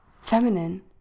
feminine